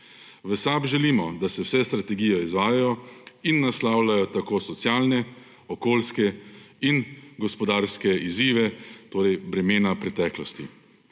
V SAB želimo, da se vse strategije izvajajo in naslavljajo socialne, okoljske in gospodarske izzive, torej bremena preteklosti.